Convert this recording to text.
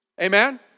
Amen